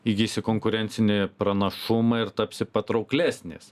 įgysi konkurencinį pranašumą ir tapsi patrauklesnis